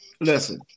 listen